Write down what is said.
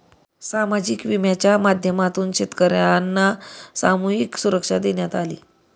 सामाजिक विम्याच्या माध्यमातून शेतकर्यांना सामूहिक सुरक्षा देण्यात आली